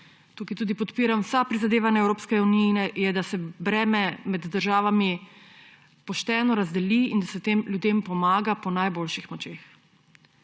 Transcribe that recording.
Tukaj tudi podpiram vsa prizadevanja Evropske unije, da se breme med državami pošteno razdeli in da se tem ljudem pomaga po najboljših močeh.